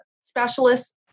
specialists